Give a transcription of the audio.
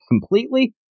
completely